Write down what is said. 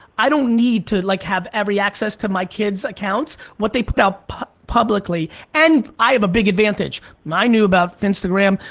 i don't need to like have every access to my kid's accounts. what they put out publicly, and i have a big advantage, i knew about finstagram,